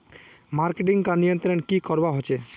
Marketing का नियंत्रण की करवा होचे?